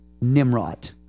Nimrod